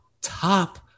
top